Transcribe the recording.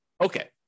Okay